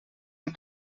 amb